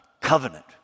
covenant